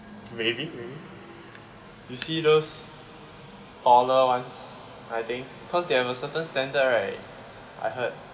really really you see those taller ones I think cause they have a certain standard right I heard